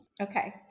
Okay